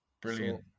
brilliant